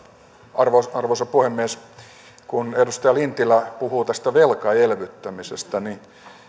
arvoisa arvoisa puhemies kun edustaja lintilä puhuu tästä velkaelvyttämisestä niin